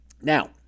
Now